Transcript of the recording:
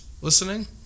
listening